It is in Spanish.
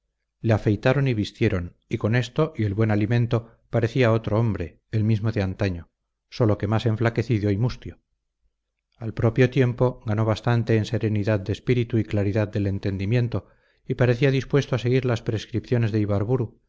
le afeitaron y vistieron y con esto y el buen alimento parecía otro hombre el mismo de antaño sólo que más enflaquecido y mustio al propio tiempo ganó bastante en serenidad de espíritu y claridad del entendimiento y parecía dispuesto a seguir las prescripciones de ibarburu